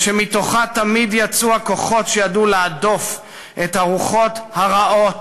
ושמתוכה תמיד יצאו הכוחות שידעו להדוף את הרוחות הרעות,